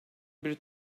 bir